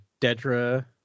Dedra